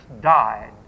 died